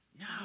No